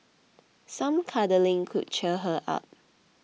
some cuddling could cheer her up